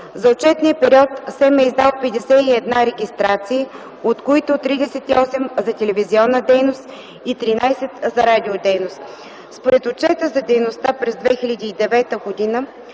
За отчетният период СЕМ е издал 51 регистрации, от които 38 за телевизионна дейност и 13 за радиодейност. Според отчета за дейността през 2009 г.